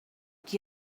qui